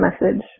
message